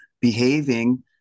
behaving